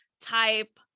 type